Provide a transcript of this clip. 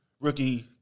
rookie